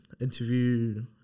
interview